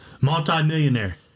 multi-millionaire